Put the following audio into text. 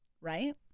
right